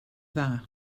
dda